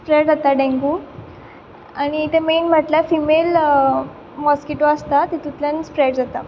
spread जाता dengue आनी ते मेन म्हटल्यार फिमेल मॉस्किटो आसता तितूंतल्यान स्पेज जाता